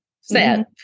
Sad